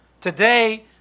Today